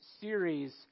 series